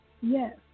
yes